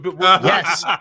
Yes